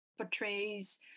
portrays